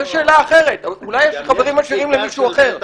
זו שאלה אחרת, אולי יש חברים עשירים למישהו אחר.